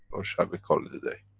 or shall we call it a day?